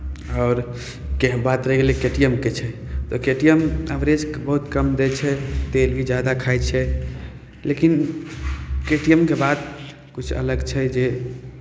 आओर के बात रहि गेलै के टी एम के छै तऽ के टी एम अवरेज बहुत कम दै छै तेल भी जादा खाइ छै लेकिन के टी एम के बात किछु अलग छै जे